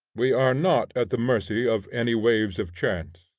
we are not at the mercy of any waves of chance.